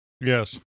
Yes